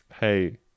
hey